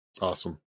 Awesome